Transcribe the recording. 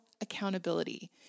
accountability